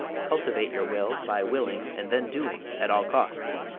cultivate your will by willing and then doing, at all costs.